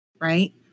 Right